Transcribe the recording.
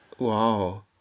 Wow